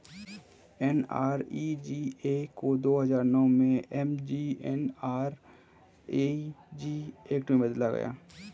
NREGA को दो हजार नौ में एम.जी.एन.आर.इ.जी एक्ट में बदला गया